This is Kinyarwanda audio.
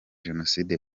jenoside